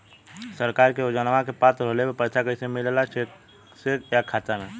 सरकार के योजनावन क पात्र होले पर पैसा कइसे मिले ला चेक से या खाता मे?